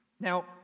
Now